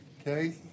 Okay